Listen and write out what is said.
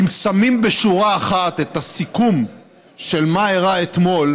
אם שמים בשורה אחת את הסיכום של מה שאירע אתמול,